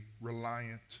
reliant